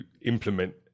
implement